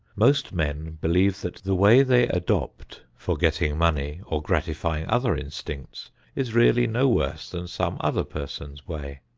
most men believe that the way they adopt for getting money or gratifying other instincts is really no worse than some other person's way.